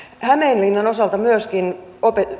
hämeenlinnan osalta myöskin